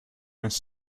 his